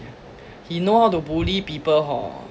he know how to bully people hor